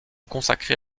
consacré